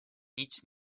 nic